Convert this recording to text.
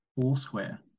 Foursquare